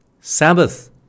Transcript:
Sabbath